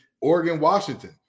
Oregon-Washington